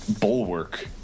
bulwark